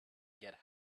get